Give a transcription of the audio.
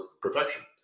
perfection